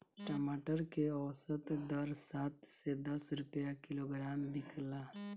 टमाटर के औसत दर सात से दस रुपया किलोग्राम बिकला?